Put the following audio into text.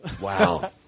Wow